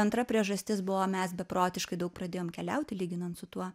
antra priežastis buvo mes beprotiškai daug pradėjom keliauti lyginan su tuo